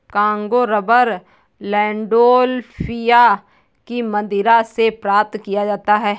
Congo rubber Landolphia की मदिरा से प्राप्त किया जाता है